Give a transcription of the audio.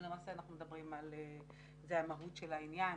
למעשה אנחנו מדבירם על מהות העניין.